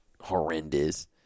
horrendous